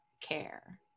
care